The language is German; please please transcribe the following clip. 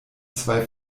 zwei